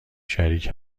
شریک